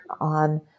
on